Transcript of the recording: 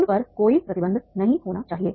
उन पर कोई प्रतिबंध नहीं होना चाहिए